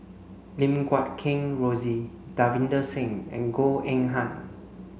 Lim Guat Kheng Rosie Davinder Singh and Goh Eng Han